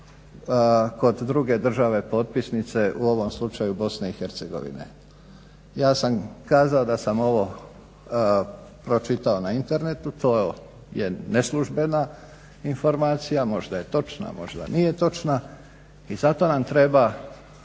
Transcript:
kod druge države potpisnice u ovom slučaju BiH. Ja sam kazao da sam ovo pročitao na internetu, to je neslužbena informacija, možda je točna, možda nije točna i zato nam treba